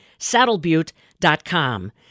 saddlebutte.com